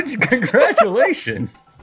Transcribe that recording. Congratulations